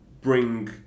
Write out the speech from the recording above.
bring